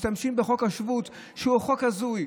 משתמשים בחוק השבות, שהוא חוק הזוי.